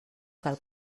cal